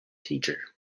teacher